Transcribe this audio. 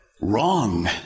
wrong